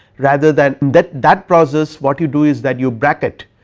rather than that that process what you do is that you bracket,